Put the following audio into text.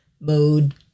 mode